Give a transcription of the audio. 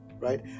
right